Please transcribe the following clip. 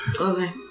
Okay